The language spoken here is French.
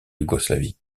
yougoslavie